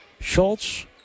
Schultz